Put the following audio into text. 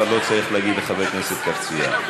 לא צריך להגיד לחבר כנסת "קרצייה",